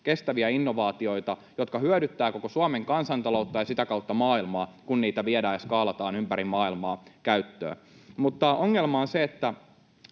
kestäviä innovaatioita, jotka hyödyttävät koko Suomen kansantaloutta ja sitä kautta maailmaa, kun niitä viedään ja skaalataan käyttöön ympäri maailmaa. Mutta ongelma on se, että